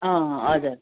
अँ हजुर